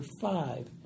five